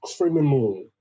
criminal